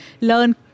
learn